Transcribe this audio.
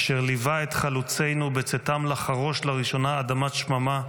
אשר ליווה את חלוצינו בצאתם לחרוש לראשונה אדמת שממה,